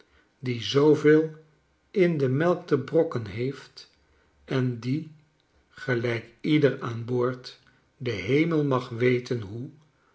die zooveel in de melk te brokken heeft en die gelijk ieder aan boord de hemel mag weten hoelal